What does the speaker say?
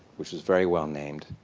which was very well named.